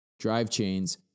Drivechains